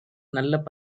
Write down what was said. நல்ல